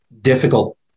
difficult